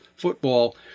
football